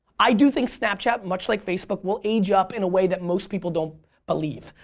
i do think snapchat, much like facebook, will age up in a way that most people don't believe.